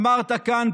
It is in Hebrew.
אמרת כאן,